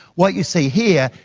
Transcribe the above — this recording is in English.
what you see here,